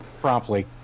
promptly